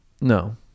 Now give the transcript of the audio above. no